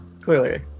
clearly